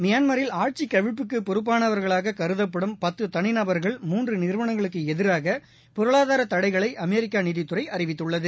மியான்மில் ஆட்சி கவிழ்ப்புக்கு பொறப்பானவர்களாக கருதப்படும் பத்து தனி நபர்கள் முன்று நிறுவனங்களுக்கு எதிராக பொருளாதார தடைகளை அமெரிக்க நிதித்துறை அறிவித்துள்ளது